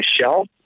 shell